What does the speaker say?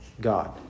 God